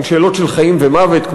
הן שאלות חיים ומוות,